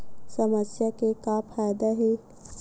समस्या के का फ़ायदा हे?